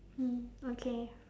mm okay